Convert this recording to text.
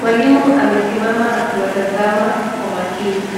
Mwalimu amesimama akiwatazama kwa makini.